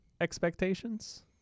expectations